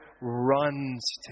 runs